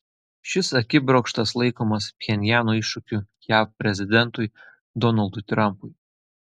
šis akibrokštas laikomas pchenjano iššūkiu jav prezidentui donaldui trampui